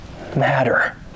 matter